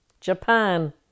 Japan